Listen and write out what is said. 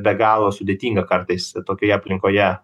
be galo sudėtinga kartais tokioje aplinkoje